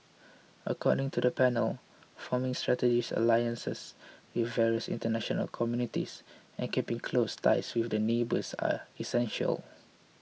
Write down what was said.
according to the panel forming strategic alliances with various international communities and keeping close ties with their neighbours are essential